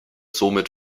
somit